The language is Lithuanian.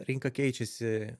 rinka keičiasi